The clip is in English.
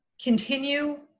continue